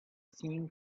seen